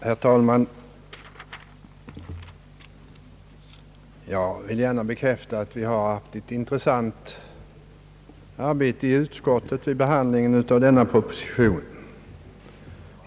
Herr talman! Jag vill gärna bekräfta att vi har haft ett intressant arbete inom utskottet vid behandlingen av den föreliggande propositionen.